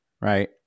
right